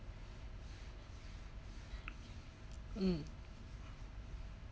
mm